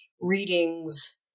readings